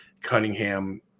Cunningham